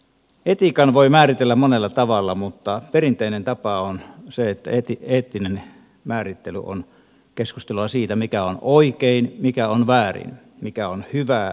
etiikan voi määritellä monella tavalla mutta perinteinen tapa on se että eettinen määrittely on keskustelua siitä mikä on oikein mikä on väärin mikä on hyvää mikä on pahaa